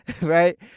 right